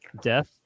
Death